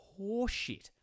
horseshit